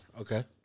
Okay